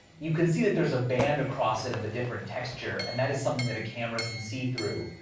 you can see that there's a band across it of a different texture. and that is something that a camera can see through.